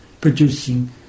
producing